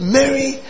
Mary